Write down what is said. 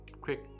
quick